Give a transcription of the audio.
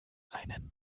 einen